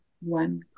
one